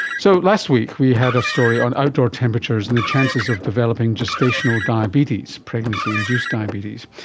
so last week we had a story on outdoor temperatures and the chances of developing gestational diabetes, pregnancy induced diabetes.